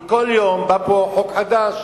כי כל יום בא פה חוק חדש